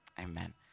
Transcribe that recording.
amen